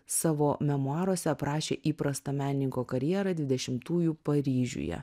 savo memuaruose aprašė įprastą menininko karjerą dvidešimtųjų paryžiuje